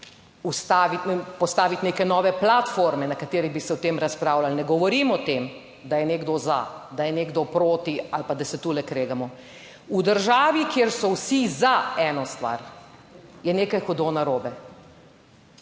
postaviti neke nove platforme, na kateri bi se o tem razpravljalo, ne govorim o tem, da je nekdo za, da je nekdo proti ali pa, da se tule kregamo. V državi, kjer so vsi za eno stvar. Je nekaj hudo narobe.